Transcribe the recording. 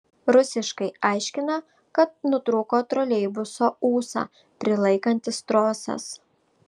rusiškai aiškina kad nutrūko troleibuso ūsą prilaikantis trosas